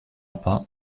pas